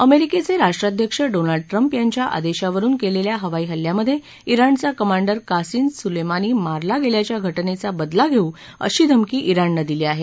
अमेरिकेचे राष्ट्राध्यक्ष Donald Trump यांच्या आदेशावरून केलेल्या हवाई हल्ल्यामध्ये जिणचा कमांडर कासीम सुलेमानी मारला गेल्याच्या घटनेचा बदला घेऊ अशी धमकी जिणनं दिली आहे